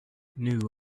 knew